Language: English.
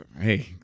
hey